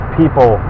people